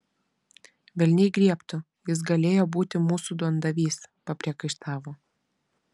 velniai griebtų jis galėjo būti mūsų duondavys papriekaištavo